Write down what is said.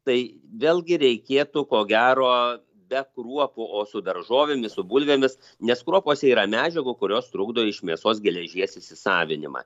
tai vėlgi reikėtų ko gero be kruopų o su daržovėmis su bulvėmis nes kruopose yra medžiagų kurios trukdo iš mėsos geležies įsisavinimą